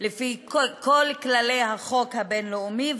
לפי כל כללי החוק הבין-לאומי,